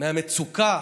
מהמצוקה